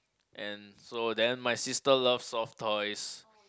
and so then my sister love soft toys